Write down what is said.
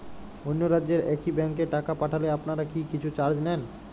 অন্য রাজ্যের একি ব্যাংক এ টাকা পাঠালে আপনারা কী কিছু চার্জ নেন?